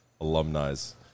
alumni's